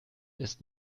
ist